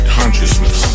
consciousness